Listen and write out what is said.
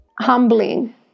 humbling